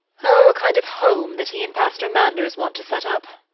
oh, a kind of home that he and pastor manders want to set up.